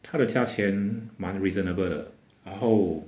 它的价钱蛮 reasonable 的然后